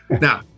now